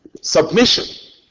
submission